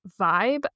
vibe